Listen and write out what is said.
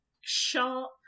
sharp